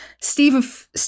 Steve